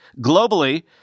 globally